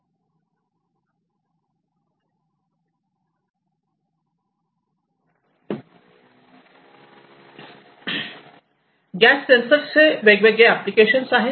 gas sensor चे वेगवेगळे application आहे